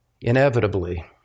inevitably